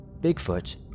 Bigfoot